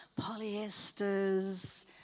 polyesters